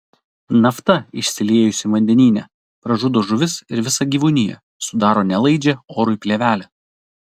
nafta išsiliejusi vandenyne pražudo žuvis ir visą gyvūniją sudaro nelaidžią orui plėvelę